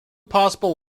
possible